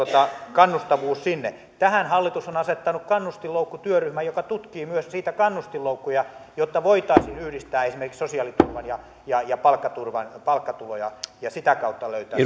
kannustavuus sinne tähän hallitus on asettanut kannustinloukkutyöryhmän joka tutkii myös niitä kannustinloukkuja jotta voitaisiin yhdistää esimerkiksi sosiaaliturva ja ja palkkatuloja ja sitä kautta löytää